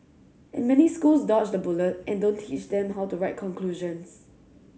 and many schools dodge the bullet and don't teach them how to write conclusions